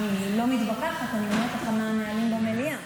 אני לא מתווכחת, אני אומרת לך מה הנהלים במליאה.